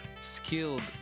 skilled